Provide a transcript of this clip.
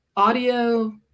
Audio